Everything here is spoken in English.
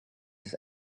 his